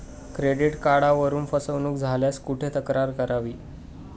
Credit कार्डवरून फसवणूक झाल्यास कुठे तक्रार करावी?